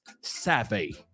savvy